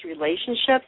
relationships